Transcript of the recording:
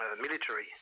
military